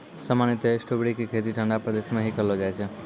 सामान्यतया स्ट्राबेरी के खेती ठंडा प्रदेश मॅ ही करलो जाय छै